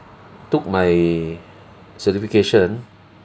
took my certification